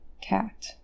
cat